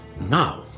Now